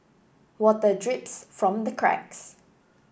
water drips from the cracks